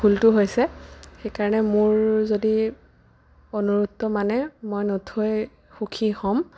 ভুলটো হৈছে সেইকাৰণে মোৰ যদি অনুৰোধটো মানে মই নথৈ সুখী হ'ম